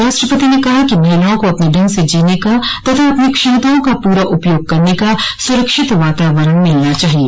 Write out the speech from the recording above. राष्ट्रपति ने कहा कि महिलाओं को अपने ढंग से जीने का तथा अपनी क्षमताओं का पूरा उपयोग करने का सुरक्षित वातावरण मिलना चाहिए